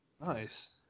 nice